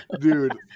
Dude